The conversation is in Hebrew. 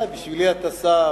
בשבילי אתה שר,